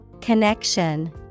Connection